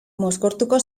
mozkortuko